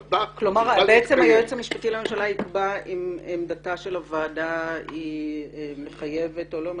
היועץ המשפטי לממשלה יקבע אם עמדתה של הוועדה מחייבת או לא מחייבת?